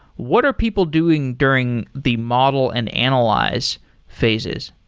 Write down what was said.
what are people doing during the model and analyze phases?